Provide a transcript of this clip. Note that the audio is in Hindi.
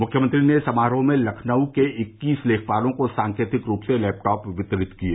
मुख्यमंत्री ने समारोह में लखनऊ के इक्कीस लेखपालों को सांकेतिक रूप से लैपटॅप वितरित किये